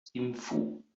thimphu